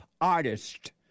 artist